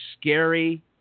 scary